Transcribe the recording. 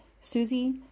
Susie